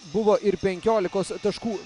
buvo ir penkiolikos taškų